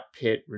pit